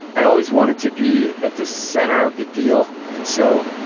i always wanted to be at the center of the deal. and so,